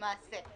למעשה,